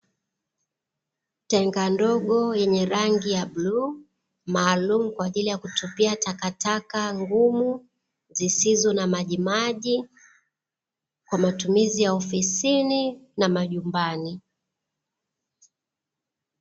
Tenga ndogo yenye rangi ya bluu, maalumu kwa ajili ya kutupia takataka ngumu, zisizo na majimaji, kwa matumizi ya ofisini na majumbani.